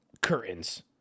curtains